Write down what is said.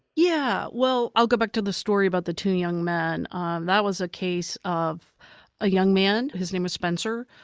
yeah i'll go back to the story about the two young men. um that was a case of a young man, his name was spencer,